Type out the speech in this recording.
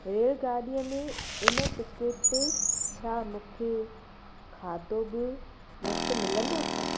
रेलगाॾीअ में इन टिकिट ते छा मूंखे खादो ब मुफ़्त मिलंदो छा